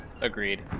Agreed